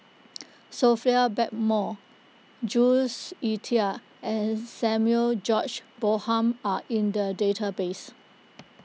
Sophia Blackmore Jules Itier and Samuel George Bonham are in the database